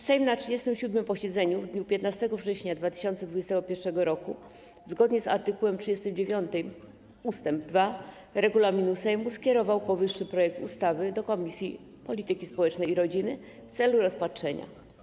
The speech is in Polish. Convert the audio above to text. Sejm na 37. posiedzeniu w dniu 15 września 2021 r., zgodnie z art. 39 ust. 2 regulaminu Sejmu, skierował powyższy projekt ustawy do Komisji Polityki Społecznej i Rodziny w celu rozpatrzenia.